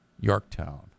Yorktown